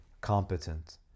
competent